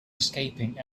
escaping